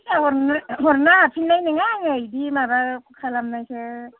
फैया हरनो हरनो हाफिननाय नङा आङो इदि माबा खालामनायखो